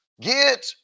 Get